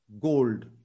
gold